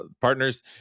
partners